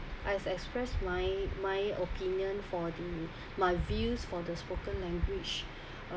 I expressed my my opinion for the my views for the spoken language